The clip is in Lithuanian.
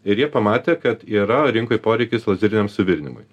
ir jie pamatė kad yra rinkoj poreikis lazeriniam suvirinimui